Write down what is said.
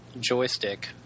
joystick